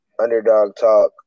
underdogtalk